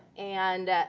and